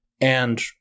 And-